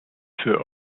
für